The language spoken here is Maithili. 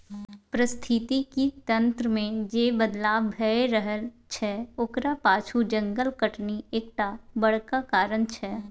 पारिस्थितिकी तंत्र मे जे बदलाव भए रहल छै ओकरा पाछु जंगल कटनी एकटा बड़का कारण छै